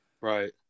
Right